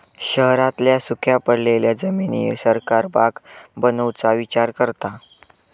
शहरांतल्या सुख्या पडलेल्या जमिनीर सरकार बाग बनवुचा विचार करता